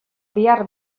bihar